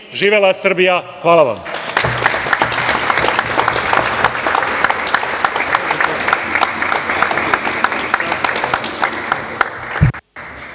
Živela Srbija! Hvala vam.